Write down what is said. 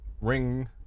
ring